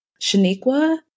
Shaniqua